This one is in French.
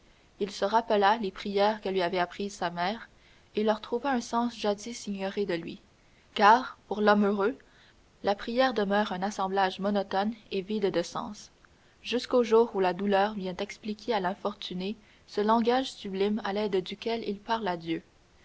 il se rappela les prières que lui avait apprises sa mère et leur trouva un sens jadis ignoré de lui car pour l'homme heureux la prière demeure un assemblage monotone et vide de sens jusqu'au jour où la douleur vient expliquer à l'infortuné ce langage sublime à l'aide duquel il parle à dieu